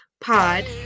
Pod